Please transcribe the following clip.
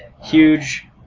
huge